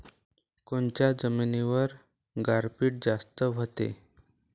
कोनच्या जमिनीवर गारपीट जास्त व्हते?